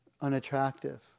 unattractive